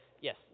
yes